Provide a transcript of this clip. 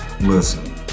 Listen